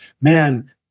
Man